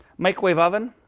microwave oven.